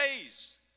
days